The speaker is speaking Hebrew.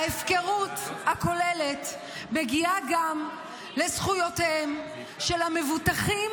ההפקרות הכוללת מגיעה גם לזכויותיהם של המבוטחים